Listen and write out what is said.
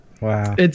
Wow